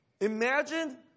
Imagine